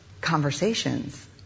conversations